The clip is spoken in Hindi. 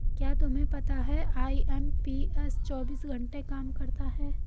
क्या तुम्हें पता है आई.एम.पी.एस चौबीस घंटे काम करता है